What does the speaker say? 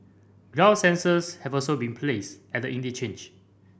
ground sensors have also been placed at the interchange